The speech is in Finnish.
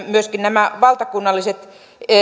myöskin nämä valtakunnalliset